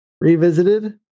Revisited